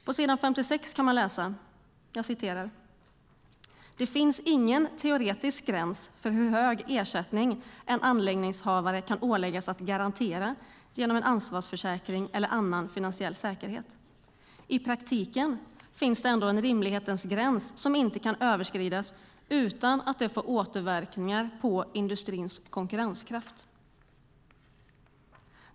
På s. 56 kan man läsa: "Det finns ingen teoretisk gräns för hur hög ersättning en anläggningshavare kan åläggas att garantera genom en ansvarsförsäkring eller annan finansiell säkerhet. I praktiken finns det ändå en rimlighetens gräns som inte kan överskridas utan att det får återverkningar på industrins konkurrenskraft."